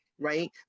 right